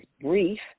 brief